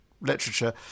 literature